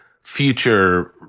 Future